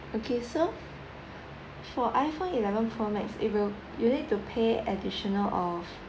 okay so for iPhone eleven pro max it will you need to pay additional of